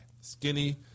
Skinny